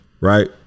right